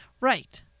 right